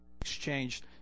exchanged